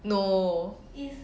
no